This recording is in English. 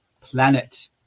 planet